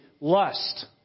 lust